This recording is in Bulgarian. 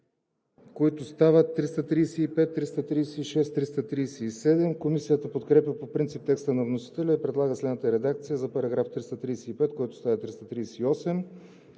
които стават параграфи 335, 336, 337. Комисията подкрепя по принцип текста на вносителя и предлага следната редакция за § 335, който става § 338: